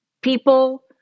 People